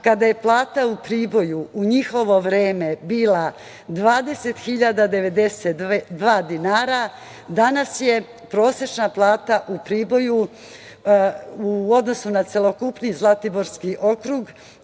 kada je plata u Priboju u njihovo vreme bila 20.092 dinara, danas je prosečna plata u Priboju, u odnosu na celokupni Zlatiborski okrug,